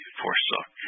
forsook